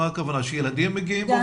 מה הכוונה, שילדים מגיעים?